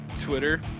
Twitter